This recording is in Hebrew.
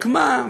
רק מה?